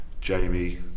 Jamie